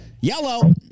Yellow